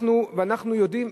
צודק.